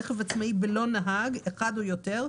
כתוב: רכב עצמאי בלא נהג, אחד או יותר.